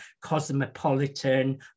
Cosmopolitan